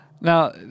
Now